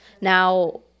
Now